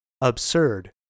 absurd